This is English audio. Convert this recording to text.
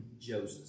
Joseph